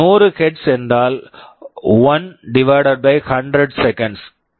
100 hertz Hz என்றால் 1100 seconds seconds 0